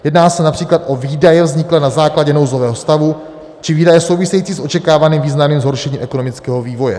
Jedná se například o výdaje vzniklé na základě nouzového stavu či výdaje související s očekávaným významným zhoršením ekonomického vývoje.